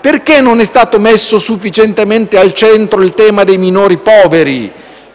Perché non è stato messo sufficientemente al centro il tema dei minori poveri?